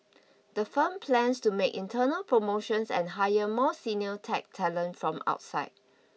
the firm plans to make internal promotions and hire more senior tech talent from outside